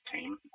team